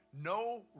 no